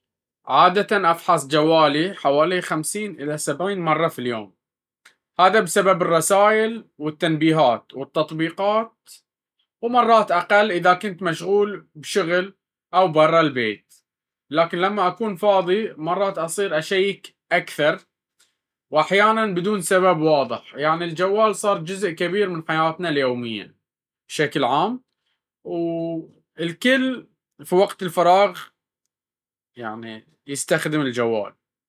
60- عادةً، أفحص جوالي حوالي خمسين إلى سبعين مرة في اليوم، هذا بسبب الرسائل، والتنبيهات، والتطبيقات. مرات أقل إذا كنت مشغول بشغل أو برة البيت، لكن لما أكون فاضي، مرات أصير أشيك كثير، وأحيانًا بدون سبب واضح. يعني الجوال صار جزء كبير من حياتنا اليومية